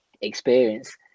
experience